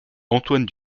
antoine